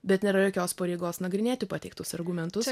bet nėra jokios pareigos nagrinėti pateiktus argumentus